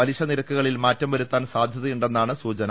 പലിശ നിരക്കുകളിൽ മാറ്റം വരുത്താൻ സാധൃതയുണ്ടെന്നാണ് സൂചന